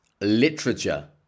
Literature